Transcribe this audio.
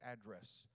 address